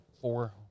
four